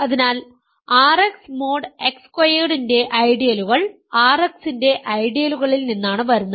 അതിനാൽ RX mod X സ്ക്വയർഡിന്റെ ഐഡിയലുകൾ RX ന്റെ ഐഡിയലുകളിൽ നിന്നാണ് വരുന്നത്